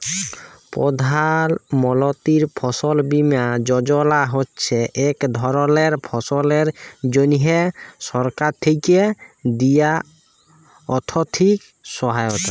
প্রধাল মলতিরি ফসল বীমা যজলা হছে ইক ধরলের ফসলের জ্যনহে সরকার থ্যাকে দিয়া আথ্থিক সহায়তা